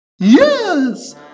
Yes